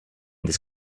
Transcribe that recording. this